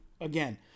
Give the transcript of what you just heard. again